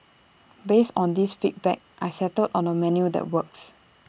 based on these feedback I settled on A menu that works